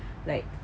like